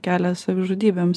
kelią savižudybėms